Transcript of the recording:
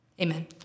amen